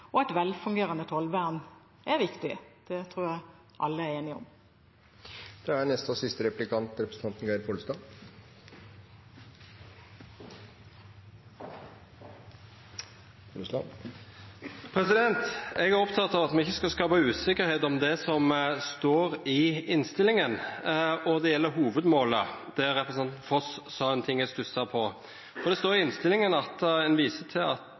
og et velfungerende tollvern er viktig. Det tror jeg alle er enige om. Eg er oppteken av at me ikkje skal skapa usikkerheit om det som står i innstillinga. Det gjeld hovudmålet, der representanten Foss sa ein ting eg stussa på. Det står i innstillinga at ein viser til at